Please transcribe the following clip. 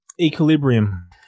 Equilibrium